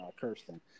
Kirsten